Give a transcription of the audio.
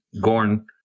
Gorn